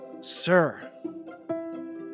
sir